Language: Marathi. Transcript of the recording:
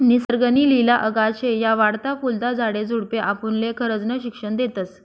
निसर्ग नी लिला अगाध शे, या वाढता फुलता झाडे झुडपे आपुनले खरजनं शिक्षन देतस